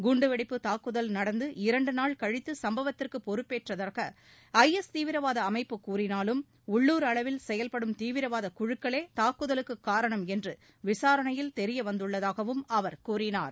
குண்டுவெடிப்பு தாக்குதல் நடந்து இரண்டு நாள் கழித்து சம்பவத்திற்கு பொறுப்பேற்பதாக ஐஎஸ் தீவிரவாத அமைப்பு கூறினாலும் உள்ளூர் அளவில் செயல்படும் தீவிரவாதக் குழுக்களே தாக்குதலுக்கு காரணம் என விசாரணையில் தெரியவந்துள்ளதாகவும் அவர் கூறினார்